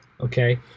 okay